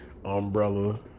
umbrella